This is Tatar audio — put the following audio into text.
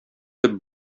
төп